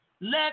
Let